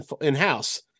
in-house